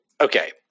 okay